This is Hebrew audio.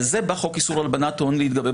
על זה בא חוק איסור הלבנת הון להתגבר,